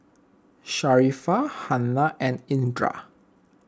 Sharifah Hana and Indra